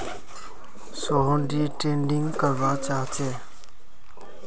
Sohan day trading करवा चाह्चे